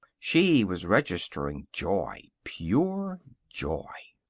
she was registering joy pure joy.